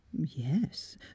Yes